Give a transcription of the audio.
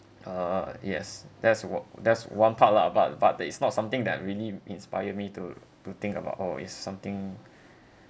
uh yes that's what that's one part lah but but that is not something that really inspire me to to think about oh is something